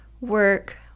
work